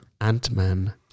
Ant-Man